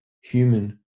human